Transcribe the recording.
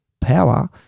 power